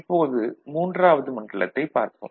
இப்போது மூன்றாவது மண்டலத்தைப் பார்ப்போம்